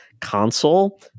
console